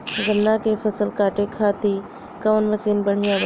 गन्ना के फसल कांटे खाती कवन मसीन बढ़ियां बा?